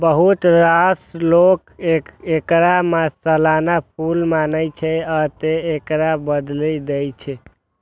बहुत रास लोक एकरा सालाना फूल मानै छै, आ तें एकरा बदलि दै छै